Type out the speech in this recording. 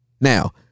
now